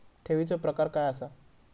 ठेवीचो प्रकार काय असा?